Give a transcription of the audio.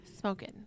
Smoking